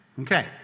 Okay